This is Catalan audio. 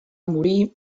morir